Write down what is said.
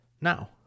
now